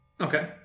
Okay